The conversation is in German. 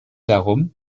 darum